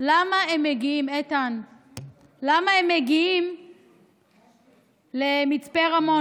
למה הם מגיעים למצפה רמון?